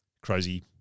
crazy